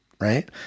right